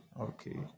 Okay